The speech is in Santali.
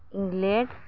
ᱤᱝᱞᱮᱱᱰ